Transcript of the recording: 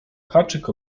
haczyk